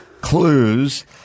clues